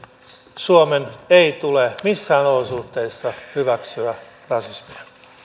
suomen ei tule missään olosuhteissa hyväksyä rasismia